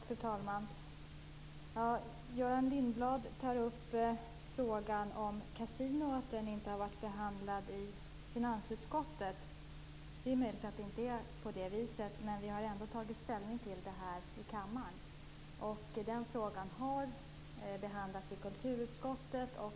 Fru talman! Göran Lindblad säger att frågan om kasinon inte har behandlats i finansutskottet. Det är möjligt att det är så. Men vi har tagit ställning till frågan i kammaren. Frågan har behandlats i kulturutskottet.